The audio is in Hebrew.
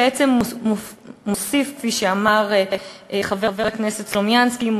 כפי שאמר חבר הכנסת סלומינסקי,